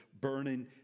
burning